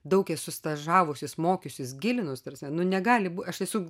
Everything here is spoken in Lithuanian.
daug esu stažavusis mokiusis gilinusis ta prasme nu negali aš esu